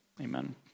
Amen